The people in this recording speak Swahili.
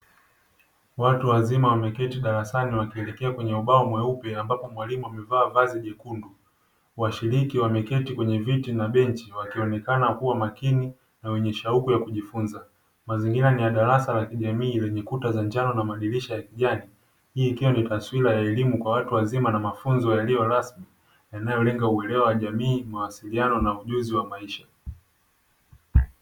Watu wazima wameketi darasani, wakielekea kwenye ubao mweupe. Ambapo mwalimu amevaa vazi jekundu. Washiriki wameketi kwenye viti na benchi, wakionekana kuwa makini na wenye shauku ya kujifunza. Mazingira ni ya darasa la kijamii lenye kuta za njano na madirisha ya kijani. Hii ikiwa ni taswira ya elimu kwa watu wazima na mafunzo yaliyo rasmi, yanayolenga uelewa wa jamii, mawasiliano na ujuzi wa maisha.